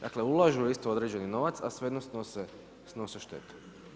Dakle, ulažu isto određeni novac, a svejedno snose štetu.